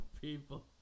people